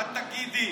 מה תגידי?